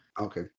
Okay